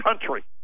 country